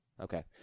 Okay